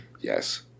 yes